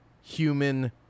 human